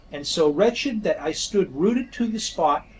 and so wretched that i stood rooted to the spot,